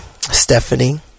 Stephanie